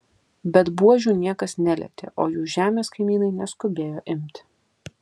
bet buožių niekas nelietė o jų žemės kaimynai neskubėjo imti